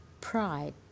pride